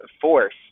force